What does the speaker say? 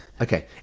okay